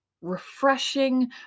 refreshing